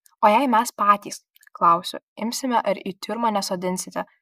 o jei mes patys klausiu imsime ar į tiurmą nesodinsite